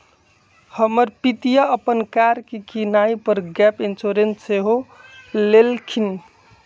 हमर पितिया अप्पन कार के किनाइ पर गैप इंश्योरेंस सेहो लेलखिन्ह्